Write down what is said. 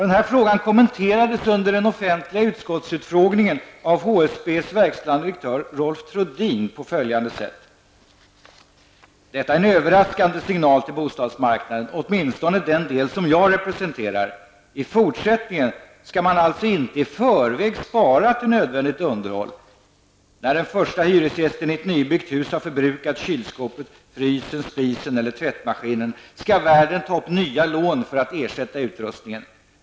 Denna fråga kommenterades under den offentliga utskottsutfrågningen av HSBs verkställande direktör, Rolf Trodin, på följande sätt: ''Detta är en överraskande signal till bostadsmarknaden, åtminstone den del som jag representerar. I fortsättningen skall man alltså inte i förväg spara till nödvändigt underhåll. När den första hyresgästen i ett nybyggt hus har förbrukat kylskåpet, frysen, spisen eller tvättmaskinen skall värden ta upp nya lån för att ersätta utrustningen.